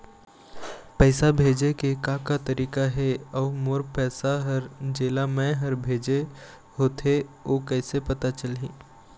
पैसा भेजे के का का तरीका हे अऊ मोर पैसा हर जेला मैं हर भेजे होथे ओ कैसे पता चलही?